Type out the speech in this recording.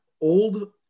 old